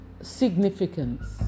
significance